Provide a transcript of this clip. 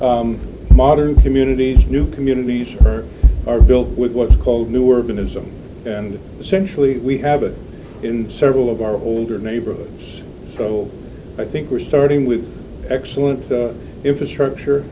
today modern communities new communities are built with what's called newer been ism and essentially we have it in several of our older neighborhoods so i think we're starting with excellent infrastructure